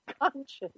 conscious